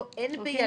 לא, אין בידיו.